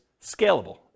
scalable